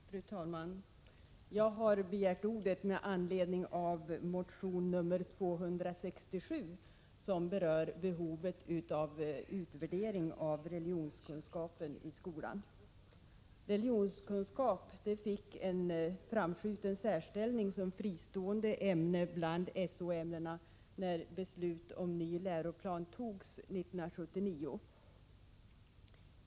Fru talman! Jag har begärt ordet med anledning av motion 1985/86:Ub267, i vilken begärs en utvärdering av religionskunskapen i skolan. Religionskunskap fick en framskjuten ställning som fristående ämne bland SO-ämnena, när beslut om ny läroplan fattades 1979.